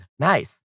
¡Nice